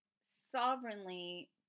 sovereignly